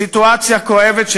בסיטואציה כואבת,